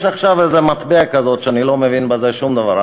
יש עכשיו איזו מטבע כזאת שאני לא מבין בה שום דבר,